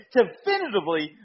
definitively